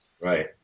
right